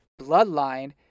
bloodline